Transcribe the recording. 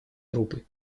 группы